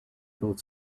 both